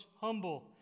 humble